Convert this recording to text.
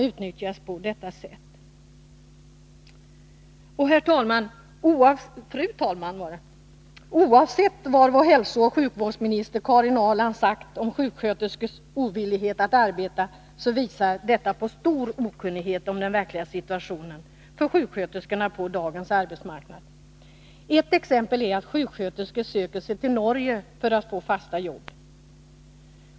Vad vår hälsooch sjukvårdsminister Karin Ahrland har sagt om sjuksköterskors ovillighet att arbeta visar på stor okunnighet om den verkliga situationen för sjuksköterskorna på dagens arbetsmarknad. Ett exempel är att sjuksköterskor söker sig till Norge för att få fasta jobb.